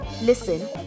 Listen